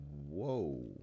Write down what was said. whoa